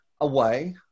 away